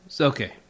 Okay